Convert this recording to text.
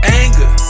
anger